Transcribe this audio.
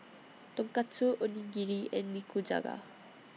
Tonkatsu Onigiri and Nikujaga